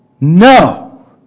No